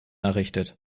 errichtet